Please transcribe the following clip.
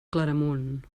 claramunt